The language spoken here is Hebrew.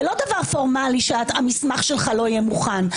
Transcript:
זה לא דבר פורמלי שהמסמך שלך לא יהיה מוכן.